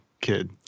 kid